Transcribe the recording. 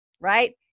right